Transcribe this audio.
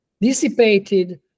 dissipated